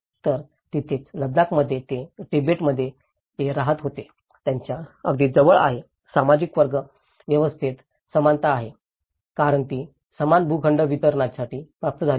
तर तिथेच लद्दाखमध्ये ते तिबेटमध्ये जे राहत होते त्याच्या अगदी जवळ आहे सामाजिक वर्ग व्यवस्थेत समानता आहे कारण ती समान भूखंड वितरणासाठी प्राप्त झाली आहे